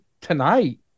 tonight